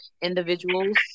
individuals